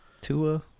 Tua